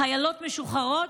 חיילות משוחררות,